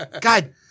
God